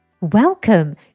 Welcome